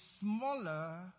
smaller